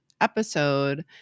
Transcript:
episode